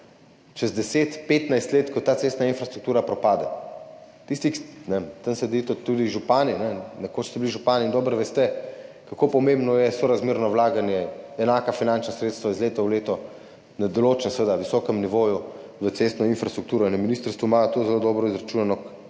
čez 10, 15 let, ko ta cestna infrastruktura propade. Tukaj sedijo tudi župani, nekoč ste bili župani, dobro veste**,** kako pomembno je sorazmerno vlaganje, enaka finančna sredstva iz leta v leto na določenem, seveda visokem, nivoju v cestno infrastrukturo. Na ministrstvu in na DRSI imajo to zelo dobro izračunano,